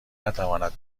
نتواند